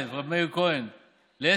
רב מאיר כהן, א.